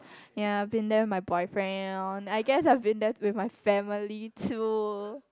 ya I've been with my boyfriend I guess I've been there with my family too